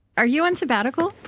are you on sabbatical?